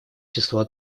числа